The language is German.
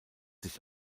sich